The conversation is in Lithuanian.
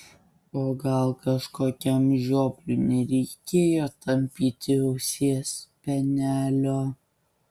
o gal kažkokiam žiopliui nereikėjo tampyti ausies spenelio